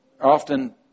often